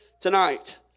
tonight